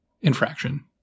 infraction